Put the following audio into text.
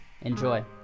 Enjoy